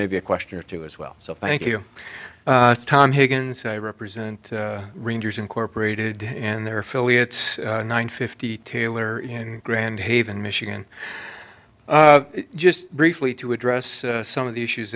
maybe a question or two as well so thank you tom higgins i represent rangers incorporated and their affiliates nine fifty taylor in grand haven michigan just briefly to address some of the issues